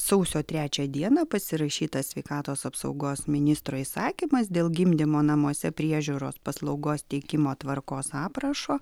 sausio trečią dieną pasirašytas sveikatos apsaugos ministro įsakymas dėl gimdymo namuose priežiūros paslaugos teikimo tvarkos aprašo